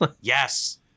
Yes